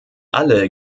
alle